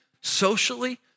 socially